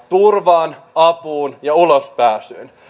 turvaan apuun ja ulospääsyyn